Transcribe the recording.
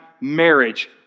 marriage